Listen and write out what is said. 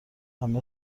همه